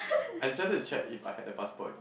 and it seldom is checked if I had the passport already